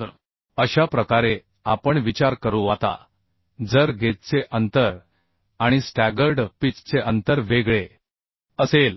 तर अशा प्रकारे आपण विचार करू आता जर गेजचे अंतर आणि स्टॅगर्ड पिच चे अंतर वेगळे असेल